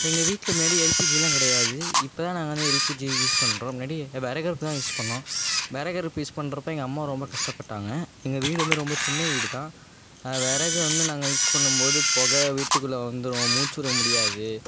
எங்கள் வீட்டில் முன்னாடி எல்பிஜிலாம் கிடையாது இப்போ நாங்கள் வந்து எல்பிஜி யூஸ் பண்ணுறோம் முன்னாடி விறகடுப்பு தான் யூஸ் பண்ணோம் விறகடுப்பு யூஸ் பண்ணுறப்ப எங்கள் அம்மா ரொம்ப கஷ்டப்பட்டாங்கள் எங்க வீடு வந்து ரொம்ப சின்ன வீடு தான் விறகு வந்து நாங்கள் யூஸ் பண்ணும் போது புக வீட்டுக்குள்ள வந்துடும் மூச்சுவிட முடியாது